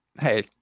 Hey